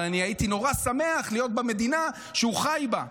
אבל אני הייתי נורא שמח להיות במדינה שהוא חי בה,